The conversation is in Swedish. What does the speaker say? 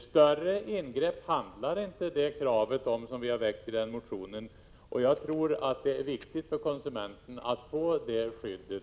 Det krav som vi har rest i motionen handlar inte om större ingrepp än så. Jag tror att det är viktigt för konsumenten att få det skyddet.